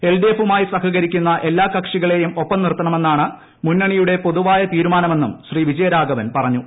എൽഡിഎഫുമായി സഹകരിക്കുന്ന എല്ലാ കക്ഷികളെയും ഒപ്പം നിർത്തണമെന്നാണ് മുന്നണിയുടെ പൊതുവായ തീരുമാനമെന്നും ശ്രീ വിജയരാഘവൻ പറഞ്ഞു